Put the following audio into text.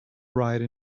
ride